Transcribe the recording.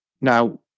Now